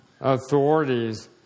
authorities